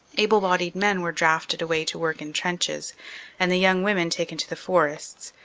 able-bodied men were drafted away to work in trenches and the young women taken to the forests,